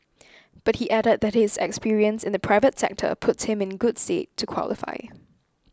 but he added that his experience in the private sector puts him in good stead to qualify